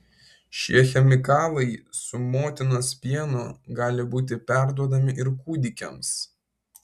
šie chemikalai su motinos pienu gali būti perduodami ir kūdikiams